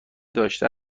داشته